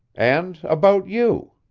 and about you.